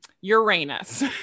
Uranus